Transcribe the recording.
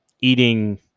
eating